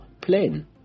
plane